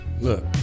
look